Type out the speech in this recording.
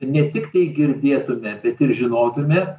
ne tiktai girdėtume bet ir žinotume